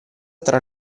tra